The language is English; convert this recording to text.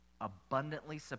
abundantly